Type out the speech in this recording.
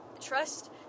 trust